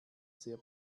sehr